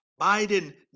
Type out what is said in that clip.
Biden